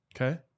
Okay